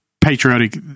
patriotic